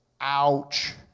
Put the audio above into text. ouch